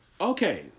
Okay